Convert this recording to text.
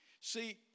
see